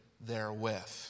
therewith